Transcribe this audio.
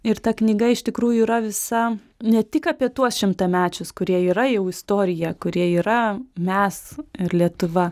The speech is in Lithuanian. ir ta knyga iš tikrųjų yra visa ne tik apie tuos šimtamečius kurie yra jau istorija kurie yra mes ir lietuva